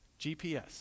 GPS